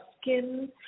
skin